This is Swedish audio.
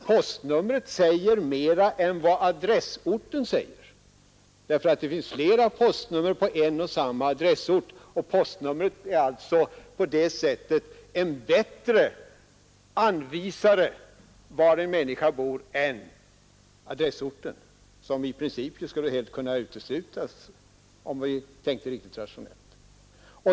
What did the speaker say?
Postnumret säger mera än adressorten, därför att det finns flera postnummer på en och samma adressort. Postnumret är alltså på det sättet en bättre anvisare om var en människa bor än adressorten, som ju i princip helt skulle kunna uteslutas, om vi tänkte riktigt rationellt.